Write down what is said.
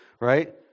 right